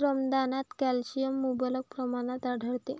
रमदानात कॅल्शियम मुबलक प्रमाणात आढळते